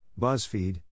BuzzFeed